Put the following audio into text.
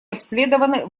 обследованы